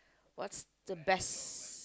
what's the best